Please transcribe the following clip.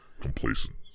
complacent